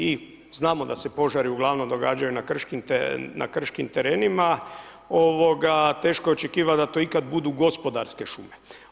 I znamo da se požari ugl. događaju na krškim terenima, teško je očekivati da to ikada budu gospodarske šume.